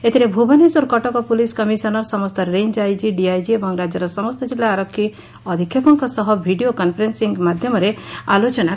ଏଥିରେ Bhubaneswar Cuttack police commissioner ସମସ୍ତ range IG ଡିଆଇକି ଏବଂ ରାଜ୍ୟର ସମସ୍ତ କିଲ୍ଲୁ ଆରକ୍ଷୀ ଅଧିକ୍ଷକଙ୍ ସହ ଭିଡ଼ିଓ କନ୍ଫରେନ୍ପିଂ ମାଧ୍ୟମରେ ଆଲୋଚନା କରାଯାଇଛି